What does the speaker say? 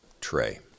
tray